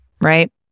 right